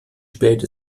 spät